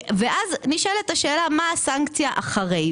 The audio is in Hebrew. ואז נשאלת השאלה, מה הסנקציה אחרי?